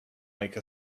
make